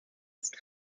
ist